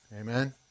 Amen